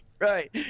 Right